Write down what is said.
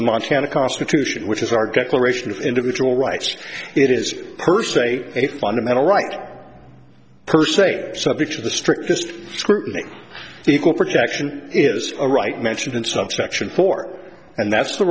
montana constitution which is our get coloration of individual rights it is per se a fundamental right per se subject to the strictest scrutiny the equal protection is a right mention in subsection four and that's the